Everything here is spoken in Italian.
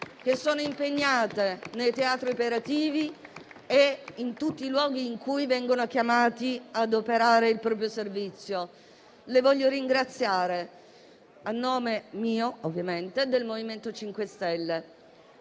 persone impegnate nei teatri operativi e in tutti i luoghi in cui vengono chiamati ad operare il proprio servizio. Le voglio ringraziare, a nome mio e del MoVimento 5 Stelle.